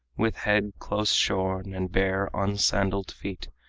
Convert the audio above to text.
with head close shorn and bare unsandaled feet,